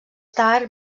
tard